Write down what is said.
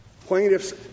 plaintiffs